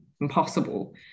impossible